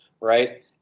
right